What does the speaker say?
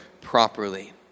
properly